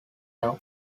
love